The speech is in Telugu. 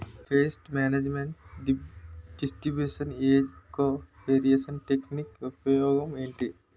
పేస్ట్ మేనేజ్మెంట్ డిస్ట్రిబ్యూషన్ ఏజ్జి కో వేరియన్స్ టెక్ నిక్ ఉపయోగం ఏంటి